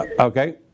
Okay